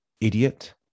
idiot